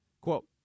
Quote